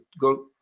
go